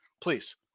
Please